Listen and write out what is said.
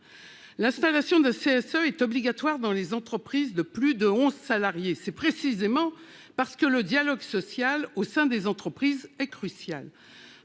social et économique (CSE) est obligatoire dans les entreprises de plus de onze salariés, c'est précisément parce que le dialogue social au sein des entreprises est crucial.